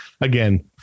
again